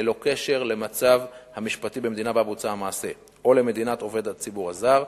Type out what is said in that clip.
ללא קשר למצב המשפטי במדינה שבה בוצע המעשה או למדינת עובד הציבור הזר,